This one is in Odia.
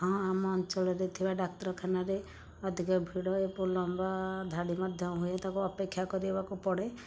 ହଁ ଆମ ଅଞ୍ଚଳରେ ଥିବା ଡାକ୍ତରଖାନାରେ ଅଧିକ ଭିଡ଼ ଏବଂ ଲମ୍ବା ଧାଡ଼ି ମଧ୍ୟ ହୁଏ ତା'କୁ ଅପେକ୍ଷା କରିବାକୁ ପଡ଼େ